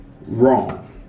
wrong